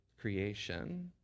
creation